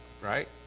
right